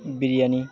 biryani